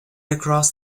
across